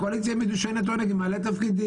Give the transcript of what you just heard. הקואליציה היא מדושנת עונג עם מלא תפקידים.